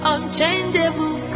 Unchangeable